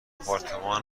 آپارتمان